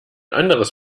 anderes